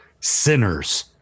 Sinners